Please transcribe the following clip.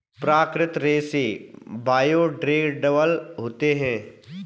प्राकृतिक रेसे बायोडेग्रेडेबल होते है